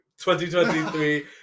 2023